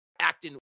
acting